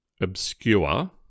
obscure